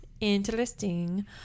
Interesting